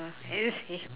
!wah! M H